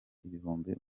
ibihumbi